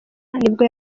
nibwo